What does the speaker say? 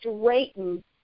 straighten